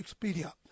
Expedia